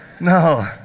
no